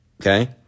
okay